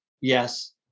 yes